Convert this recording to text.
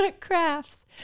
Crafts